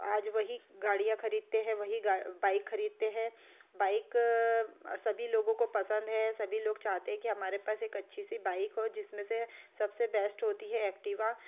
आज वही गाड़ियाँ खरीदते हैं वही गा बाइक खरीदते हैं बाइक सभी लोगों को पसंद है सभी लोग चाहते हैं कि हमारे पास एक अच्छी सी बाइक हो जिसमें से सबसे बेस्ट होती है ऐक्टिवा